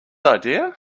idea